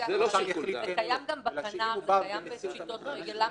גם בפשיטות רגל.